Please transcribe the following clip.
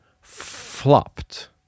flopped